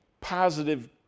positive